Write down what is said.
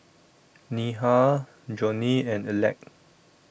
Neha Johnie and Aleck